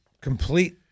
complete